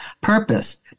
purpose